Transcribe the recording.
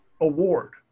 award